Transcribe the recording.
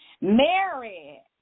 Mary